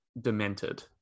demented